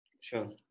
sure